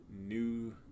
new